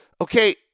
okay